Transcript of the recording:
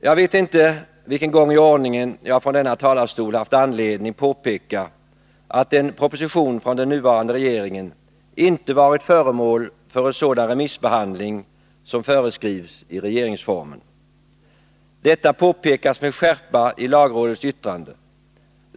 Jag vet inte för vilken gång i ordningen jag från denna talarstol har anledning att påpeka att en proposition från den nuvarande regeringen inte varit föremål för en sådan remissbehandling som föreskrivs i regeringsformen. Detta påpekas med skärpa i lagrådets yttrande.